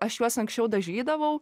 aš juos anksčiau dažydavau